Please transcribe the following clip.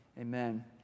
amen